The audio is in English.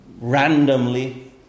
randomly